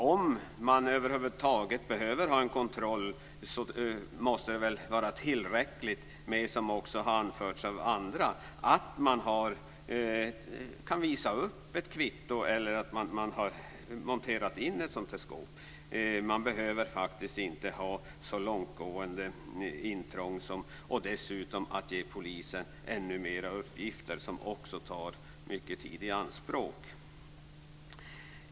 Om man över huvud taget behöver ha en kontroll måste det väl vara tillräckligt, vilket också har anförts av andra, att man kan visa upp ett kvitto eller att man har monterat in ett sådant här skåp. Man behöver inte ha så här långtgående intrång och dessutom ge polisen ännu mer uppgifter som också tar mycket tid i anspråk.